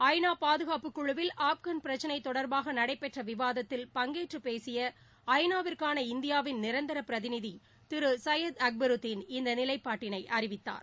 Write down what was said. ஐநா பாதுகாப்புக் குழுவில் ஆப்கான் பிரச்சினை தொடர்பாக நடைபெற்ற விவாதத்தில் பங்கேற்று பேசிய ஐநா விற்கான இந்தியாவின் நிரந்தர பிரதிநிதி திரு சையது அக்பருதீன் இந்த நிலைப்பாட்டினை அறிவித்தார்